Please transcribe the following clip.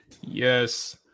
Yes